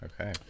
okay